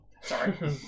Sorry